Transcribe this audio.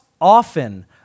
often